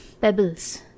pebbles